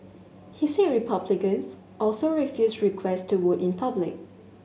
he said Republicans also refused requests to vote in public